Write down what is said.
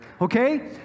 okay